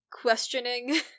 questioning